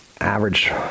average